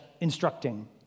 instructing